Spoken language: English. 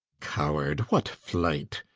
coward, what flight?